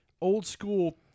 old-school